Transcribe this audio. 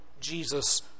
Jesus